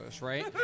right